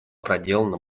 проделана